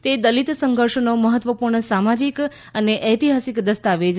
તે દલિત સંઘર્ષનો મહત્વપૂર્ણ સામાજિક અને ઐતિહાસિક દસ્તાવેજ છે